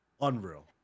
Unreal